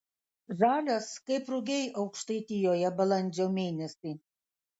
žalias kaip rugiai aukštaitijoje balandžio mėnesį